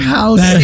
House